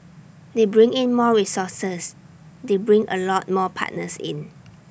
they bring in more resources they bring A lot more partners in